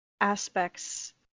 aspects